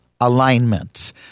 alignment